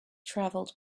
travelled